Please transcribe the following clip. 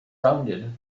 rounded